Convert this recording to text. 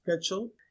schedule